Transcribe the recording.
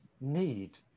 need